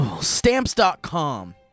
Stamps.com